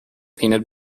painted